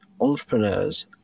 entrepreneurs